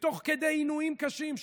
תוך כדי עינויים קשים.